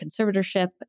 conservatorship